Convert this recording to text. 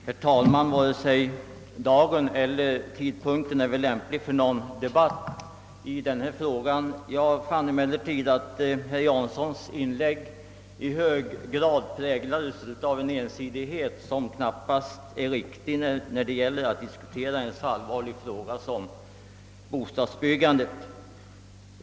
Herr talman! Varken dagen eller tidpunkten är väl lämpliga för någon debatt i denna fråga. Jag fann emellertid att herr Janssons inlägg i hög grad präglades av en ensidighet som knappast är på sin plats när det gäller att diskutera en så allvarlig fråga som bostadsbyggandet.